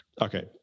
okay